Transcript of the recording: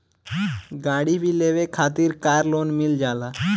गाड़ी भी लेवे खातिर कार लोन मिल जाला